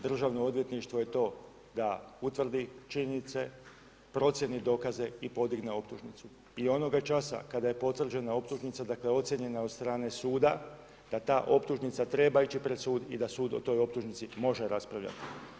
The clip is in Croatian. Državno odvjetništvo je to da utvrdi činjenice, procjeni dokaze i podigne optužnicu i onoga časa kada je potvrđena optužnica, dakle ocijenjena od strane suda, da ta optužnica treba ići pred sud i da sud o toj optužnici može raspravljati.